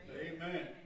Amen